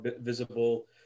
visible